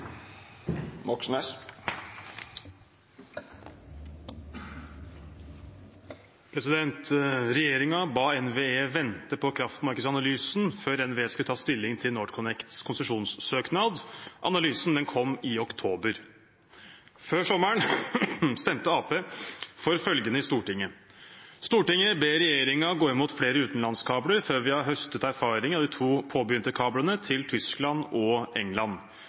ba NVE vente på kraftmarkedsanalysen før NVE skulle ta stilling til NorthConnects konsesjonssøknad. Analysen kom i oktober. Før sommeren stemte Arbeiderpartiet for følgende i Stortinget: «Stortinget ber regjeringen gå imot flere utenlandskabler før vi har høstet erfaringer av de to påbegynte kablene til Tyskland og